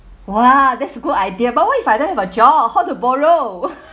!wow! that's a good idea but what if I don't have a job how to borrow